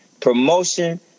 promotion